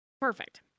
Perfect